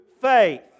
faith